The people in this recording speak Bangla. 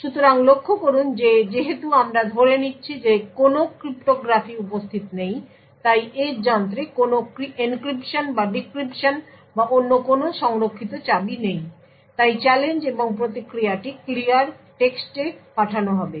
সুতরাং লক্ষ্য করুন যে যেহেতু আমরা ধরে নিচ্ছি যে কোনও ক্রিপ্টোগ্রাফি উপস্থিত নেই তাই এজ যন্ত্রে কোনও এনক্রিপশন বা ডিক্রিপশন বা অন্য কোনও সংরক্ষিত চাবি নেই তাই চ্যালেঞ্জ এবং প্রতিক্রিয়াটি ক্লিয়ার টেক্সটে পাঠানো হবে